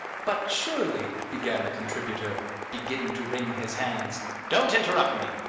but surely, began the contributor, beginning to wring his hands don't interrupt me,